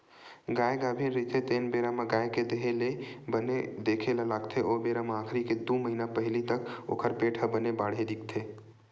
गाय गाभिन रहिथे तेन बेरा म गाय के देहे ल बने देखे ल लागथे ओ बेरा म आखिरी के दू महिना पहिली तक ओखर पेट ह बने बाड़हे दिखथे